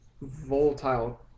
volatile